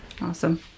Awesome